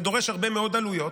זה דורש הרבה מאוד עלויות,